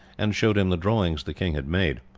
and showed him the drawings the king had made.